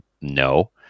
No